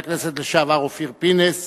חבר הכנסת לשעבר אופיר פינס